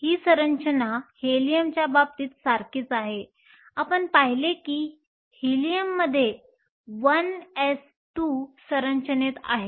ही सरंचना हेलियमच्या बाबतीत सारखीच आहे आपण पाहिले की हीलियममध्ये 1s2 सरंचनेत आहे